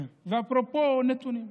ואפרופו נתונים,